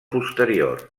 posterior